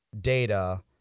data